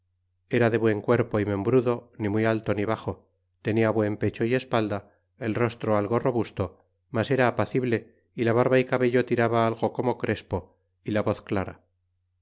era de buen cuerpo membrudo ni muy alto ni baxo tenia buen pecho é espalda el rostro algo robusto mas era apacible la barba cabello tiraba algo como crespo la voz clara